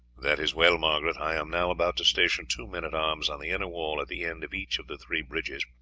that is well, margaret. i am now about to station two men-at-arms on the inner wall at the end of each of the three bridges,